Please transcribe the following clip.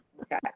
okay